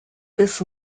this